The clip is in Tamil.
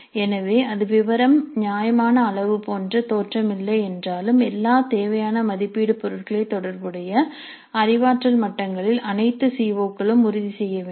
எனவே அது விபரம் நியாயமான அளவு போன்ற தோற்றம் இல்லை என்றாலும் எல்லா தேவையான மதிப்பீடு பொருட்களை தொடர்புடைய அறிவாற்றல் மட்டங்களில் அனைத்து சிஓ க்களும் உறுதி செய்ய வேண்டும்